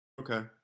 Okay